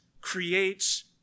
creates